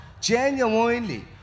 genuinely